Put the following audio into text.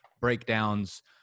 breakdowns